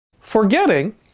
Forgetting